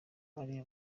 ari